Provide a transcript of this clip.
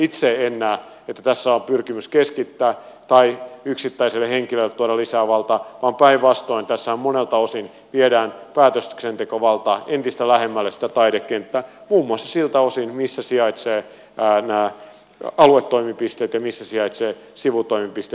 itse en näe että tässä on pyrkimys keskittää tai yksittäiselle henkilölle tuoda lisää valtaa vaan päinvastoin tässähän monelta osin viedään päätöksentekovaltaa entistä lähemmäksi sitä taidekenttää muun muassa siltä osin missä sijaitsevat nämä aluetoimipisteet ja missä sijaitsevat sivutoimipisteet